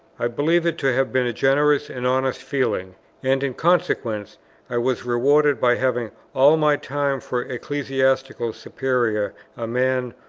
i believe it to have been a generous and honest feeling and in consequence i was rewarded by having all my time for ecclesiastical superior a man,